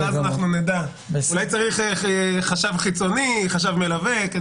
אלי צריך חשב חיצוני, חשב מלווה.